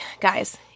guys